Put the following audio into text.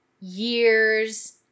years